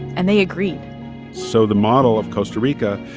and they agreed so the model of costa rica,